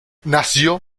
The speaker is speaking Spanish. nació